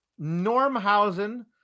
Normhausen